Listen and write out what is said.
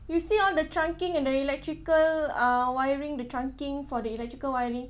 you see all the trunking and the electrical uh wiring the trunking for the electrical wiring